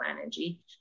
energy